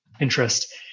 interest